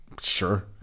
Sure